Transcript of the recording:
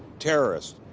terrorist?